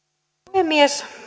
puhemies